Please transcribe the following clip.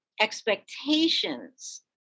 expectations